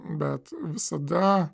bet visada